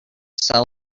sell